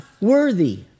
worthy